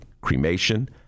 Cremation